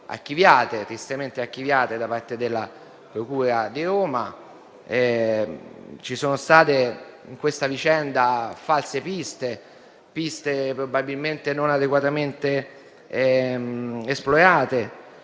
tristemente archiviate, da parte della procura di Roma. Ci sono state in questa vicenda false piste e piste probabilmente non adeguatamente esplorate,